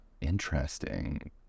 Interesting